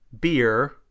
beer